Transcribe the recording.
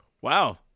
Wow